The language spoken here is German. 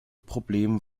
problem